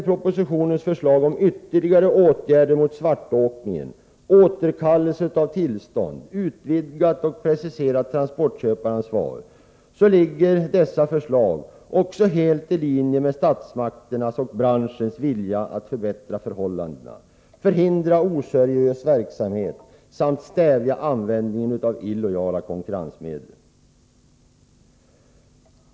Propositionens förslag om ytterligare åtgärder mot svartåkningen, återkallelse av tillstånd samt utvidgat och preciserat transportköparansvar ligger också helt i linje med statsmakternas och branschens vilja att förbättra förhållandena, förhindra oseriös verksamhet och stävja användningen av illojala konkurrensmedel.